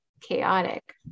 chaotic